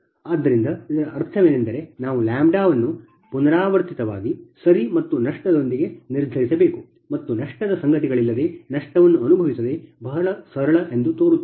ಆದ್ದರಿಂದ ಇದರ ಅರ್ಥವೇನೆಂದರೆ ನಾವು ಲ್ಯಾಂಬ್ಡಾವನ್ನು ಪುನರಾವರ್ತಿತವಾಗಿ ಸರಿ ಮತ್ತು ನಷ್ಟದೊಂದಿಗೆ ನಿರ್ಧರಿಸಬೇಕು ಮತ್ತು ನಷ್ಟದ ಸಂಗತಿಗಳಿಲ್ಲದೆ ನಷ್ಟವನ್ನು ಅನುಭವಿಸದೆ ಬಹಳ ಸರಳ ಎಂದು ತೋರುತ್ತದೆ